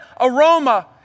aroma